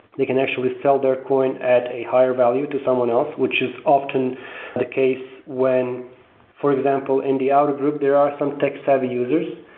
they actually sell their coin at a higher value to someone else, which is often the case when for example in the outer group there are some tech savvy users,